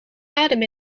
adem